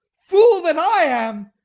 fool that i am!